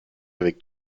avec